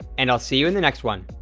and i'll see you in the next one.